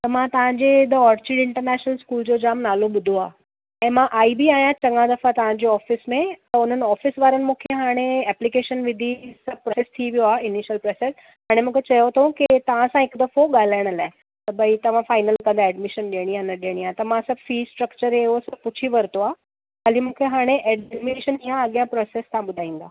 त मां तव्हां जे ऑर्चिड इंटरनेशनल स्कूल जो जाम नालो ॿुधो आहे ऐं मां आई बि आहियां चङा दफ़ा तव्हां जे ऑफ़िस में त उन्हनि ऑफ़िस वारनि मूंखे हाणे एप्लिकेशन विझी सभु प्रोसेस थी वियो आहे इनिशियल प्रोसेस हाणे मूंखे चयो अथऊं की तव्हां सां हिकु दफ़ो ॻाल्हाइण लाइ त भई तव्हां फाइनल कंदा ऐडमिशन ॾियणी आहे न ॾियणी आहे त मां फ़ीस स्ट्रक्चर ऐं उहो सभु पुछी वरितो आहे ख़ाली मूंखे हाणे ऐडमिशन अॻियां प्रोसेस तव्हां ॿुधाईंदा